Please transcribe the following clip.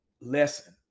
lesson